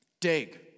Dig